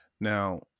Now